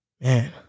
Man